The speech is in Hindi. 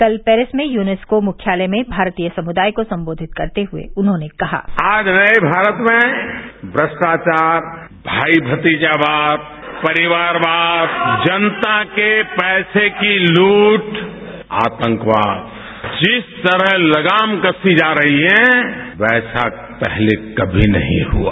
कल पेरिस में यूनेस्को मुख्यालय में भारतीय समुदाय को संबोधित करते हुए उन्होंने कहा आज नए भारत में भ्रष्टाचार भाई भतीजावाद परिवारवाद जनता के पैसे की लूट आतंकवाद जिस तरह लगाम कसी जा रही है वैसा पहले कभी नहीं हुआ